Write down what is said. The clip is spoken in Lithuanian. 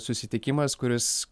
susitikimas kuris